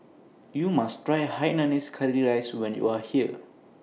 YOU must Try Hainanese Curry Rice when YOU Are here